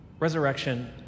Resurrection